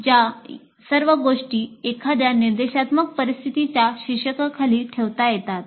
या सर्व गोष्टी एखाद्या निर्देशात्मक परिस्थितीच्या शीर्षकाखाली ठेवता येतात